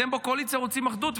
אתם בקואליציה רוצים אחדות,